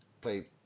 play